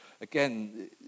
again